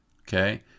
okay